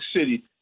City